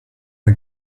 the